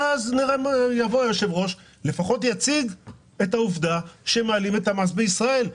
ואז יבוא היושב-ראש ולפחות יציג את העובדה שמעלים את המס בישראל.